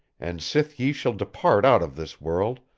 and sith ye shall depart out of this world,